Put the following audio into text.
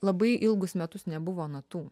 labai ilgus metus nebuvo natų